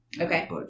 Okay